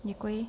Děkuji.